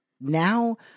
now